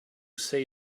say